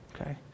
okay